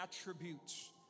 attributes